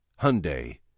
Hyundai